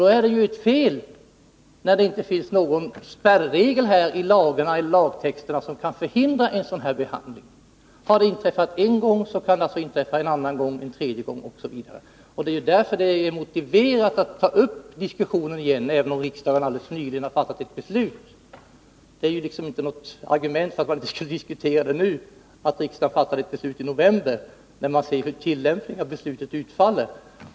Då är det ju fel när det inte finns någon spärregel i lagtexten som kan förhindra en sådan här behandling. Har det inträffat en gång, kan det inträffa en andra och en tredje gång osv. Det är därför motiverat att återigen ta upp diskussionen, även om riksdagen alldeles nyligen har fattat ett beslut. Att riksdagen fattade detta beslut i november är ju inte ett argument för att man inte skulle kunna diskutera frågan nu, i synnerhet om man ser till hur tillämpningen av beslutet utfaller.